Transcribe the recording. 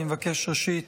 אני מבקש ראשית